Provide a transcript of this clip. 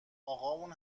اقامون